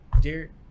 dear